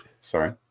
Sorry